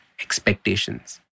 expectations